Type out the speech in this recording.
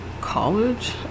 college